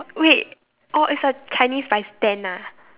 wait oh it's a Chinese by stand ah